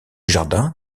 jardin